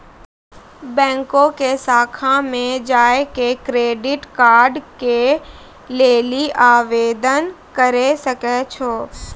बैंको के शाखा मे जाय के क्रेडिट कार्ड के लेली आवेदन करे सकै छो